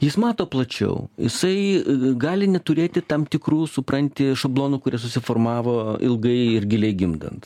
jis mato plačiau jisai gali neturėti tam tikrų supranti šablonų kurie susiformavo ilgai ir giliai gimdant